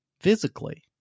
physically